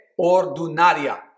ordinaria